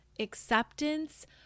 Acceptance